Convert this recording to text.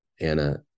Anna